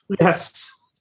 Yes